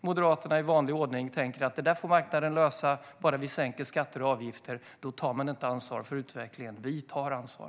Moderaterna tänker i vanlig ordning att det där får marknaden lösa bara vi sänker skatter och avgifter. Då tar man inte ansvar för utvecklingen. Vi tar ansvar.